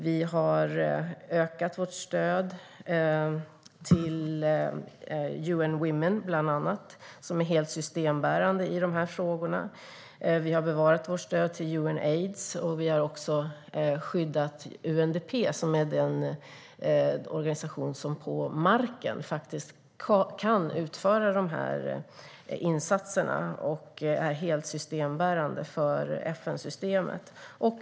Vi har ökat vårt stöd till bland andra UN Women, som är helt systembärande i dessa frågor. Vi har kvar vårt stöd till Unaids. Vi har också skyddat UNDP, som är den organisation som på marken faktiskt kan utföra dessa insatser och är helt systembärande för FN-systemet.